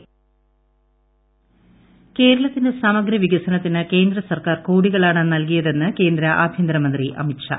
അമിത്ഷാ കേരളത്തിന്റെ സമഗ്ര വികസനത്തിന് കേന്ദ്ര സർക്കാർ കോടികളാണ് നൽകിയത്എന്ന് കേന്ദ്ര ആഭ്യന്തരമന്ത്രി അമിത് ഷാ